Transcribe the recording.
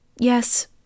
Yes